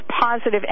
positive